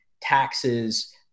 taxes